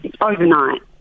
Overnight